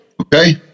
okay